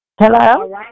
Hello